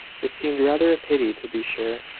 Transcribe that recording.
it seemed rather a pity, to be sure,